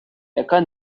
яка